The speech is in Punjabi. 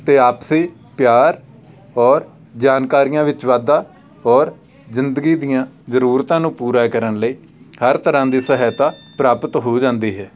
ਅਤੇ ਆਪਸੀ ਪਿਆਰ ਔਰ ਜਾਣਕਾਰੀਆਂ ਵਿੱਚ ਵਾਧਾ ਔਰ ਜ਼ਿੰਦਗੀ ਦੀਆਂ ਜ਼ਰੂਰਤਾਂ ਨੂੰ ਪੂਰਾ ਕਰਨ ਲਈ ਹਰ ਤਰ੍ਹਾਂ ਦੀ ਸਹਾਇਤਾ ਪ੍ਰਾਪਤ ਹੋ ਜਾਂਦੀ ਹੈ